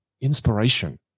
Inspiration